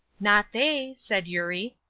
not they, said eurie,